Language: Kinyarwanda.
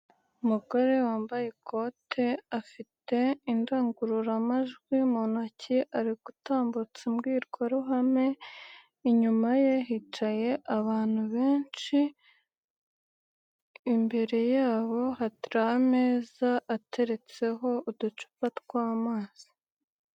Umugore wambaye ikote afite indangururamajwi mu ntoki ari gutambutsa mbwirwaruhame, inyuma ye hicaye abantu benshi, imbere yabo hari ameza ateretseho uducupa tw'amazi.